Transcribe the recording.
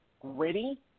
gritty